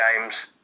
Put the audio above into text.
games